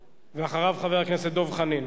ואחריו, חבר הכנסת דב חנין.